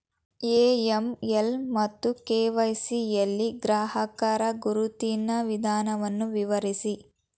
AML ಮತ್ತು KYC ಯಲ್ಲಿ ಗ್ರಾಹಕರ ಗುರುತಿನ ವಿಧಾನವನ್ನು ವಿವರಿಸಿ?